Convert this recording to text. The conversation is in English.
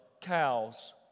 cows